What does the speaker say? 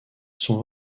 sont